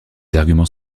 arguments